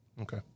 Okay